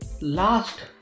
last